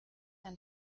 ein